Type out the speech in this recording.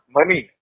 Money